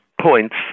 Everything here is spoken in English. points